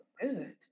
good